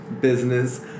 business